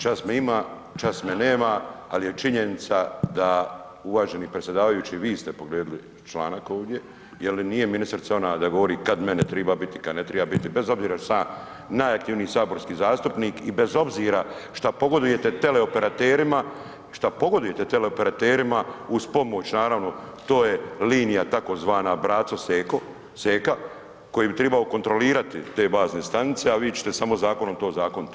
Čas me ima, čas me nema, al je činjenica da uvaženi predsjedavajući vi ste povrijedili članak ovdje je li nije ministrica ona da govori kad mene triba biti, kad ne triba biti bez obzira šta sam ja najaktivniji saborski zastupnik i bez obzira šta pogodujete teleoperaterima, šta pogodujete teleoperaterima uz pomoć naravno to je linija tzv. braco seko, seka, koji bi tribao kontrolirati te bazne stanice, a vi ćete samo zakonom to ozakonit.